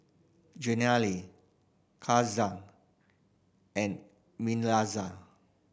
Jenilee Katia and Mikalah